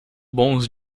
bons